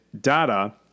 data